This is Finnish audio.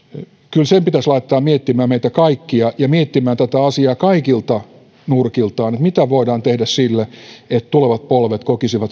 kyllä sen pitäisi laittaa miettimään meidät kaikki ja miettimään tätä asiaa kaikilta nurkiltaan mitä voidaan tehdä sen eteen että tulevat polvet kokisivat